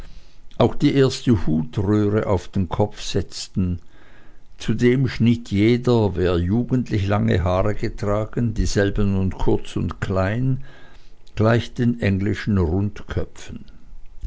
auch die erste hutröhre auf den kopf setzten zudem schnitt jeder wer jugendlich lange haare getragen dieselben nun kurz und klein gleich den englischen rundköpfen